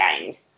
gained